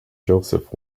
joseph